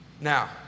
Now